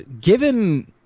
given